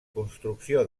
construcció